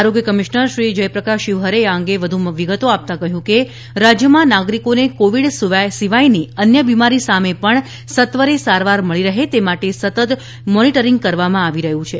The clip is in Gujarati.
આરોગ્ય કમિશનર શ્રી જયપ્રકાશ શિવહરેએ આ અંગે વધ્ વિગતો આપતાં કહ્યું કે રાજ્યમાં નાગરિકોને કોવિડ સિવાયની અન્ય બિમારી સામે પણ સત્વરે સારવાર મળી રહે એ માટે સતત મોનીટરીંગ કરવામાં આવી રહ્યું છે